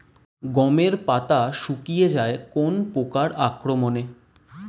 গমের পাতা শুকিয়ে যায় কোন পোকার আক্রমনে?